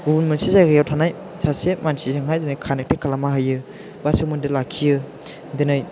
गुबुन मोनसे जायगायाव थानाय सासे मानसिजोंहाय दिनै कानेक्टेड खालामनो हायो बा सोमोन्दो लाखियो दिनै